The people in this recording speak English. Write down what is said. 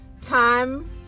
Time